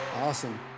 Awesome